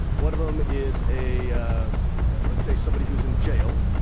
one of them is a let's say, somebody who's in jail.